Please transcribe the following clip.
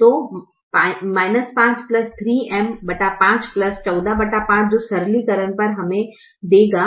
तो 5 3M 5 145 जो सरलीकरण पर हमें देगा